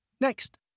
Next